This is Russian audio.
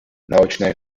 научные